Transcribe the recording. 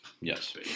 Yes